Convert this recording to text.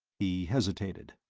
he hesitated.